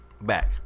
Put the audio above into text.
Back